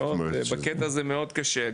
בקטע הזה מאוד קשה,